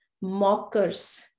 Mockers